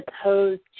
opposed